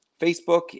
Facebook